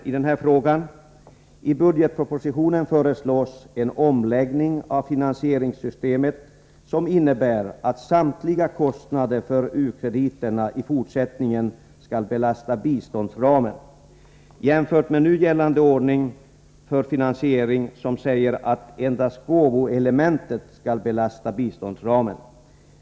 I budgetpropositionen föreslås en omläggning av finansieringssystemet, som innebär att samtliga kostnader för u-krediterna i fortsättningen skall belasta biståndsramen, jämfört med nu gällande ordning för finansiering, som säger att endast gåvoelementet skall belasta biståndsramen.